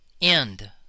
end